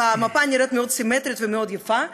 המפה נראית מאוד סימטרית ומאוד יפה,